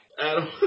Adam